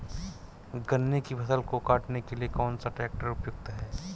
गन्ने की फसल को काटने के लिए कौन सा ट्रैक्टर उपयुक्त है?